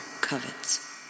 covets